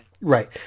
Right